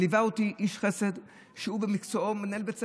ליווה אותי איש חסד שהוא במקצועו מנהל בית ספר.